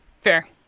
Fair